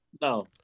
No